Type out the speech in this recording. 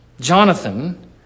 Jonathan